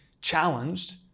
challenged